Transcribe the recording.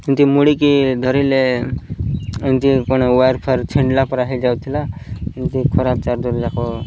ଏମିତି ମୋଡ଼ିକି ଧରିଲେ ଏମିତି କ'ଣ ୱର୍ ଫାର୍ ଛିଡ଼ିଲା ପରେ ହେଇଯାଉଥିଲା ଏମିତି ଖରାପ ଚାର୍ଜର୍ ଯାକ